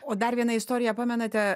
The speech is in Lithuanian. o dar vieną istoriją pamenate